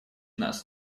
нас